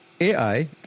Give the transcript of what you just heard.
AI